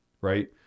Right